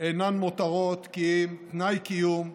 אינם מותרות כי אם תנאי קיום.